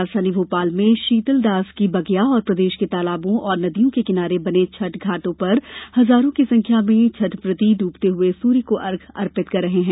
राजधानी भोपाल में शीतलदास की बगिया और प्रदेश के तालाबों और नदियों के किनारे बने छठ घाटों पर हजारों की संख्या में छठव्रती डूबते हुए सूर्य को अर्घ्य अर्पित कर रहे हैं